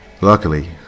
Luckily